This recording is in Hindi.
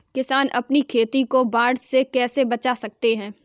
किसान अपनी खेती को बाढ़ से कैसे बचा सकते हैं?